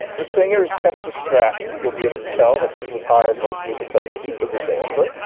the singer is chester stratton. you'll be able to tell that he was hired mostly because he was a dancer.